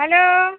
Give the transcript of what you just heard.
hello